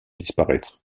disparaître